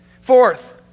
Fourth